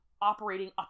operating